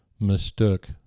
mistook